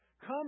Come